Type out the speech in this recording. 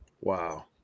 wow